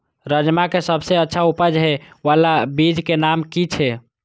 राजमा के सबसे अच्छा उपज हे वाला बीज के नाम की छे?